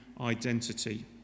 identity